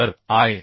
तर आय